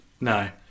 no